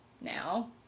now